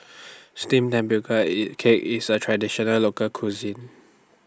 Steamed Tapioca IT Cake IS A Traditional Local Cuisine